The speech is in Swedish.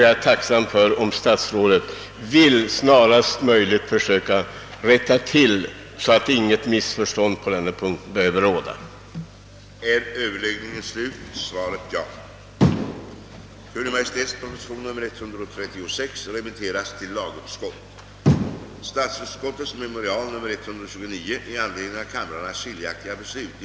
Jag vore tacksam om statsrådet snarast möjligt ville försöka avhjälpa denna brist, så att inget missförstånd på denna punkt behöver uppkomma.